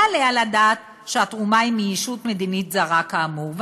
עליה לדעת שהתרומה היא מישות מדינית זרה כאמור.